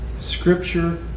Scripture